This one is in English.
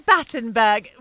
Battenberg